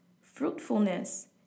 fruitfulness